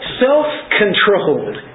self-controlled